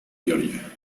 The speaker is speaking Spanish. georgia